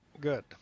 Good